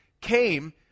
came